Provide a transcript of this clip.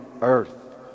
earth